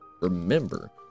remember